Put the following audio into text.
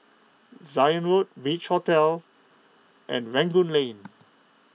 Zion Road Beach Hotel and Rangoon Lane